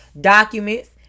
documents